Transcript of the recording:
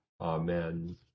Amen